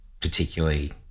particularly